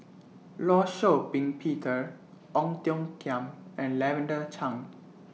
law Shau Ping Peter Ong Tiong Khiam and Lavender Chang